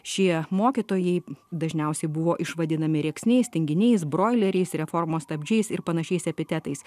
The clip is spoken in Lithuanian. šie mokytojai dažniausiai buvo išvadinami rėksniais tinginiais broileriais reformos stabdžiais ir panašiais epitetais